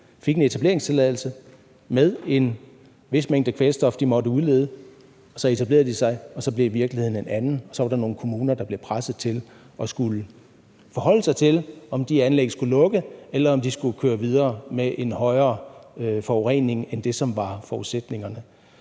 fik en etableringstilladelse med en vis mængde kvælstof, som de måtte udlede, og så etablerede de sig, og så blev virkeligheden en anden, og der var så nogle kommuner, der blev presset til at skulle forholde sig til, om de anlæg skulle lukke, eller om de skulle køre videre med en højere forurening end det, som var forudsætningerne.